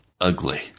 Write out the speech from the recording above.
ugly